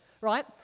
right